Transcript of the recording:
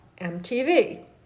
MTV